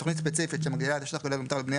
תוכנית ספציפית שמגדילה את השטח המותר לבנייה,